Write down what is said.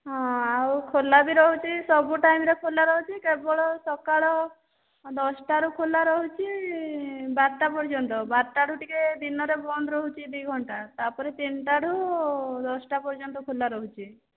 ହଁ ଆଉ ଖୋଲାବି ରହୁଛି ସବୁ ଟାଇମ ରେ ଖୋଲାରହୁଛି କେବଳ ସକାଳ ଦଶଟାରୁ ଖୋଲାରହୁଛି ବାରଟା ପର୍ଯ୍ୟନ୍ତ ବାରଟାରୁ ଟିକିଏ ଦିନରେ ବନ୍ଦରହୁଛି ଦୁଇଘଣ୍ଟା ତାପରେ ତିନିଟାରୁ ଦଶଟା ପର୍ଯ୍ୟନ୍ତ ଖୋଲାରହୁଛି